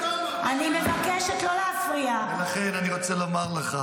--- אני רוצה להשיב לך,